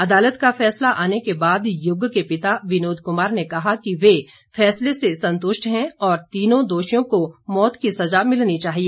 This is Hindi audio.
अदालत का फैसला आने के बाद युग के पिता विनोद कुमार ने कहा कि वे फैसले से संतुष्ट है और तीनों दोषियों को मौत की सजा मिलनी चाहिए